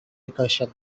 recursion